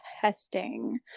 testing